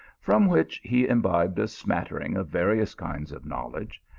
from which he imbibed a smattering of various kinds of knowledge,